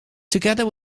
together